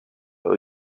were